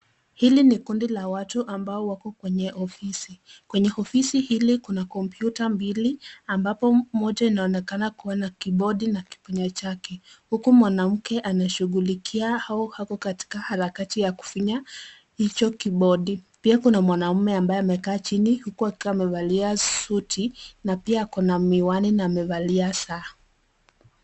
Hili ni kundi la watu ambao wako kwenye ofisi. Kwenye ofisi hili kuna kompyuta mbili, ambapo moja inaonekana kuwa na keybodi na kipanya yake, huku mwanamke anashughulikia hao hapo katika harakati ya kufinya keybodi . Pia kuna mwanaume akiwa amevalia suti na pia ako na miwani na amevalia saa.